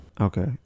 Okay